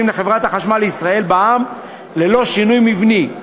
לחברת החשמל לישראל בע"מ ללא שינוי מבני.